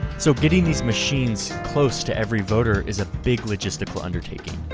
so getting these machines close to every voter is a big logistical undertaking.